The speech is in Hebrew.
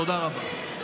תודה רבה.